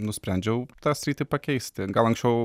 nusprendžiau tą sritį pakeisti gal anksčiau